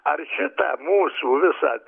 ar šita mūsų visa